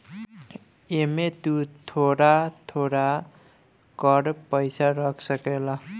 एमे तु थोड़ा थोड़ा कर के पईसा रख सकेल